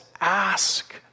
Ask